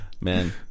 Man